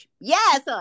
Yes